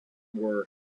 were